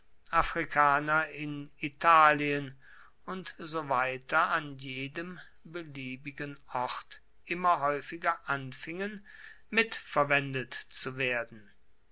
afrikaner in italien und so weiter an jedem beliebigen ort immer häufiger anfingen mitverwendet zu werden